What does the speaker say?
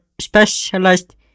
specialized